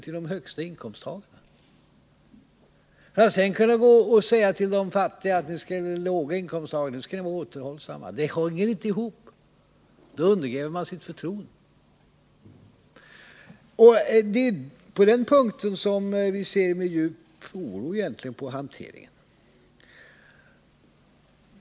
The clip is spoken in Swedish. till de högsta inkomsttagarna och samtidigt säga till de låga inkomsttagarna att de måste vara återhållsamma i sina krav. En sådan politik håller inte, man undergräver sitt förtroende. På den punkten ser vi med djup oro på hanteringen.